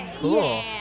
Cool